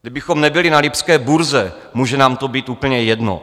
Kdybychom nebyli na lipské burze, může nám to být úplně jedno.